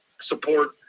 support